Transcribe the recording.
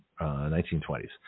1920s